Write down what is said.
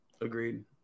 Agreed